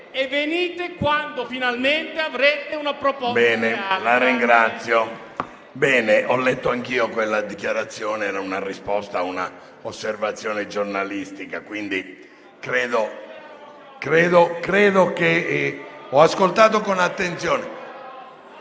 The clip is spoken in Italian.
e venite quando finalmente avrete una proposta reale.